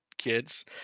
Kids